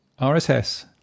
RSS